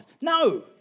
no